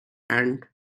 and